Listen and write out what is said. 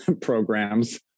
programs